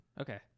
Okay